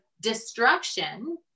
destruction